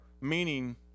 meaning